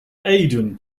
aden